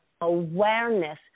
awareness